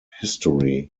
history